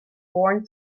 worn